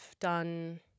done